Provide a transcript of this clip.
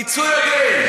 פיצוי הוגן.